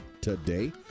today